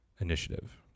initiative